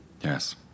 Yes